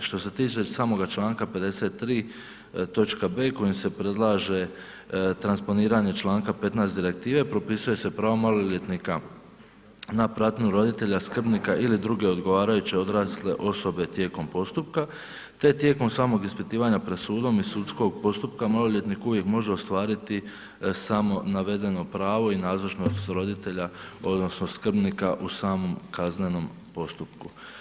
Što se tiče samoga članka 53. točka b. kojim se predlaže transponiranje članka 15. direktive propisuje se pravo maloljetnika na pratnju roditelja, skrbnika ili druge odgovarajuće odrasle osobe tijekom postupka te tijekom samog ispitivanja pred sudom i sudskog postupka maloljetnik uvijek može ostvariti samo navedeno pravo i nazočnost roditelja odnosno skrbnika u samom kaznenom postupku.